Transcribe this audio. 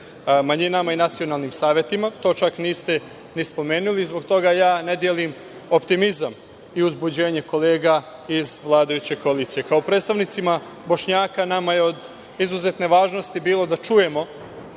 manjinama i nacionalnim savetima, to čak niste ni spomenuli, zbog toga ne delim optimizam i uzbuđenje kolega iz vladajuće koalicije. Kao predstavnicima Bošnjaka nama je od izuzetne važnosti bilo da čujemo